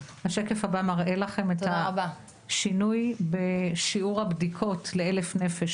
השקף הבא מראה לכם את השינוי בשיעור הבדיקות ל-1,000 נפש,